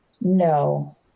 No